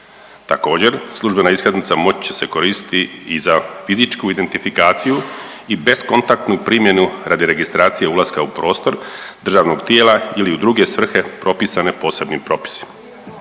Također službena iskaznica moći će se koristiti i za fizičku identifikaciju i beskontaktnu primjenu radi registracije ulaska u prostor državnog tijela ili u druge svrhe propisane posebnim propisima.